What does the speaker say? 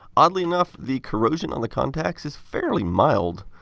oddly enough, the corrosion on the contacts is fairly mild.